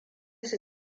su